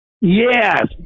Yes